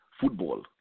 football